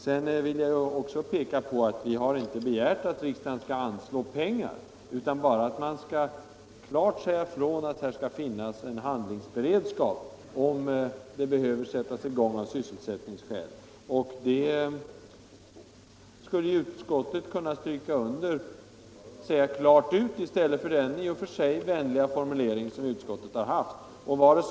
Jag vill också peka på att vi inte har begärt att riksdagen skall anslå pengar utan bara att man klart skall säga att det skall finnas en handlingsberedskap, om byggena behöver sättas i gång av sysselsättningsskäl, och det skulle utskottet klart kunna säga ut i stället för att gripa till den i och för sig vänliga formulering som utskottet använt.